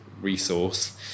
resource